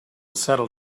settle